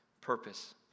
purpose